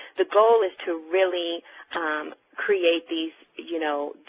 the goal is to really create these you know,